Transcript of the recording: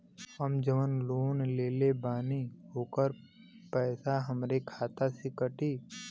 हम जवन लोन लेले बानी होकर पैसा हमरे खाते से कटी?